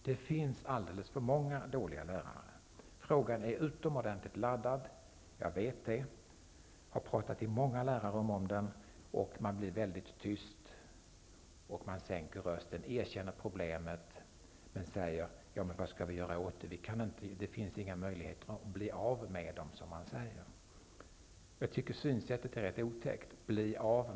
Det finns alldeles för många dåliga lärare. Frågan är utomordentligt laddad, det vet jag. Jag har pratat i många lärarrum om den här frågan, och lärarna blir väldigt tysta, de sänker rösten och erkänner problemet men säger att man inte kan göra något åt problemet och att man inte -- som de säger -- kan bli av med de dåliga lärarna. Synsättet att ''bli av med'' är rätt otäckt.